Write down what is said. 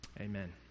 Amen